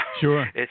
Sure